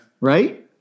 right